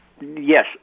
Yes